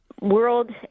world